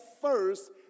first